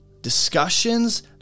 discussions